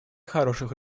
хороших